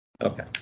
Okay